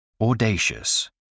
Audacious